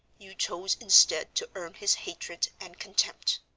you chose instead to earn his hatred and contempt.